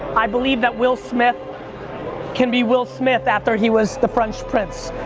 i believe that will smith can be will smith after he was the fresh prince.